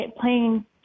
playing